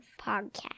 Podcast